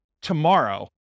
tomorrow